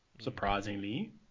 surprisingly